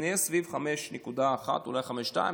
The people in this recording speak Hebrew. נהיה סביב 5.1% אולי 5.2%,